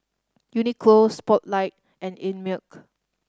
Uniqlo Spotlight and Einmilk